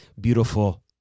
beautiful